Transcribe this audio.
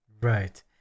Right